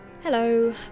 Hello